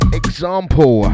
example